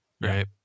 right